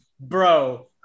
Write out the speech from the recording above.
Bro